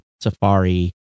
Safari